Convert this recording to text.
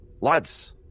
lads